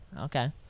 Okay